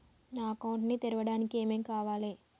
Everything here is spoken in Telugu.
నా అకౌంట్ ని తెరవడానికి ఏం ఏం కావాలే?